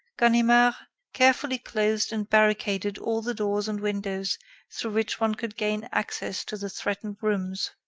ganimard carefully closed and barricaded all the doors and windows through which one could gain access to the threatened rooms.